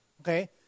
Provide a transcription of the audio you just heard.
okay